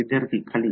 विद्यार्थीः खाली